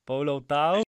pauliau tau